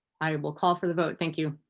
i um will call for the vote. thank you.